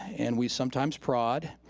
and we sometimes prod,